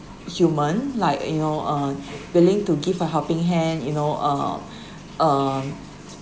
human like you know uh willing to give a helping hand you know uh um